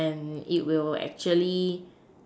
and it will actually